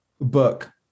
Book